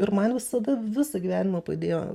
ir man visada visą gyvenimą padėjo